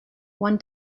one